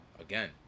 again